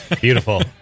Beautiful